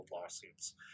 lawsuits